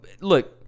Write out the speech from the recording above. Look